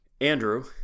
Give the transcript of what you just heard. Andrew